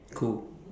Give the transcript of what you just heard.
cool